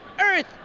earth